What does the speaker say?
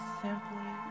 simply